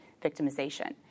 victimization